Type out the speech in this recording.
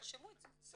אין